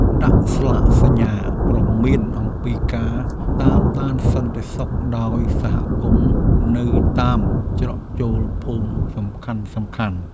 ដាក់ស្លាកសញ្ញាព្រមានអំពីការតាមដានសន្តិសុខដោយសហគមន៍នៅតាមច្រកចូលភូមិសំខាន់ៗ។